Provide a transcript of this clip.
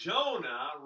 Jonah